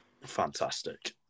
fantastic